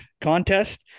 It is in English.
contest